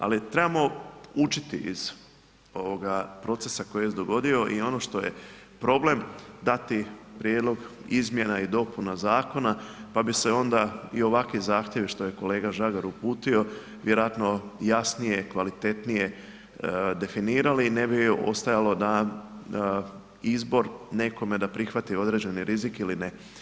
Ali trebamo učiti iz procesa koji se dogodio i ono što je problem, dati prijedlog izmjena i dopuna zakona pa bi se onda i ovakvi zahtjevi, što je kolega Žagar uputio vjerojatno jasnije i kvalitetnije definirali i ne bi ostajalo na izbor nekome da prihvati određene rizike ili ne.